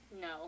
No